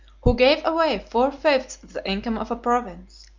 who gave away four fifths of the income of a province,